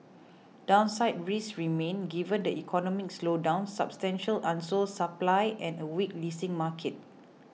downside risks remain given the economic slowdown substantial unsold supply and a weak leasing market